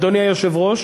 אדוני היושב-ראש,